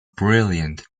brilliant